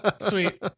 Sweet